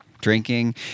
drinking